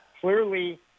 clearly